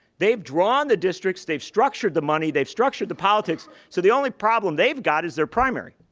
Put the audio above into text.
they've drawn the districts. they've structured the money. they've structured the politics. so the only problem they've got is their primary.